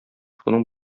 шуның